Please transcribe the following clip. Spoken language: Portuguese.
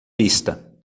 pista